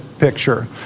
picture